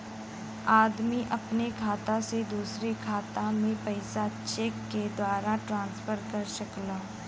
आदमी अपने खाता से दूसरे के खाता में पइसा चेक के द्वारा ट्रांसफर कर सकला